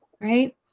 right